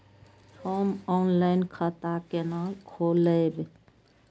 हम ऑनलाइन खाता केना खोलैब?